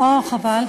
אין שר תורן.